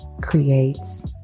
creates